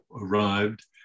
arrived